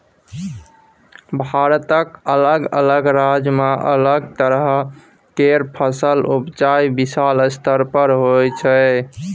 भारतक अलग अलग राज्य में अलग तरह केर फसलक उपजा विशाल स्तर पर होइ छै